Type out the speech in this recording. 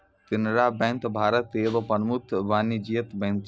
Canara bank Bharat के एगो प्रमुख वाणिज्यिक बैंक छै